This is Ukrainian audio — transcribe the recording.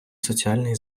соціальний